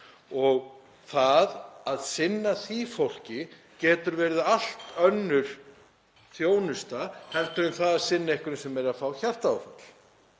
og að sinna því fólki getur verið allt önnur þjónusta en við að sinna einhverjum sem er að fá hjartaáfall.